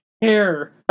hair